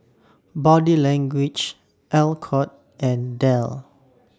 Body Language Alcott and Dell